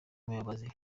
umuyobozi